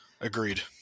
Agreed